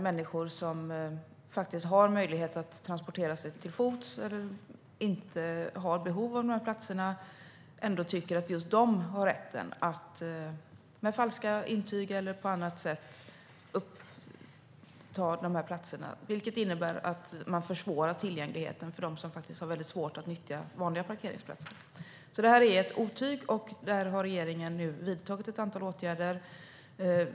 Människor som har möjlighet att transportera sig till fots eller inte har behov av platserna tycker ändå att just de har rätten att med falska intyg på annat sätt uppta platserna. Det innebär att de försvårar tillgängligheten för dem som har väldigt svårt att nyttja vanliga parkeringsplatser. Detta är ett otyg. Regeringen har nu vidtagit ett antal åtgärder.